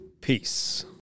Peace